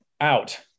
out